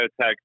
biotech